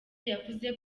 yavuze